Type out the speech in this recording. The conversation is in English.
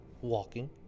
walking